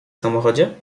samochodzie